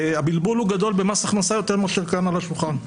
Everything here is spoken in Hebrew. הבלבול במס הכנסה הוא גדול יותר מכפי שהוא כאן על השולחן.